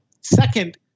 Second